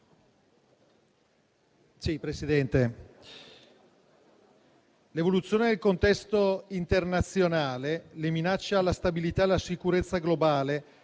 Presidente, l'evoluzione del contesto internazionale, le minacce alla stabilità e la sicurezza globale,